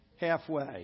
halfway